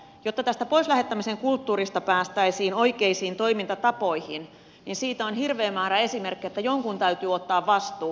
jotta tästä pois lähettämisen kulttuurista päästäisiin oikeisiin toimintatapoihin niin siitä on hirveä määrä esimerkkejä jonkun täytyy ottaa vastuu